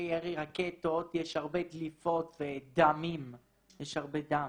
ירי רקטות יש הרבה דליפות ויש הרבה דם.